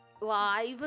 live